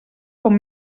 com